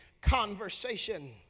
conversation